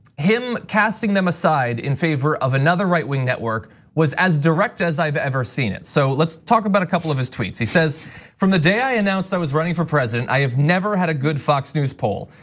him casting them aside in favor of another right wing network was as direct as i've ever seen it. so let's talk about a couple of his tweets. he says from the day i announced i was running for president, i have never had a good fox news poll.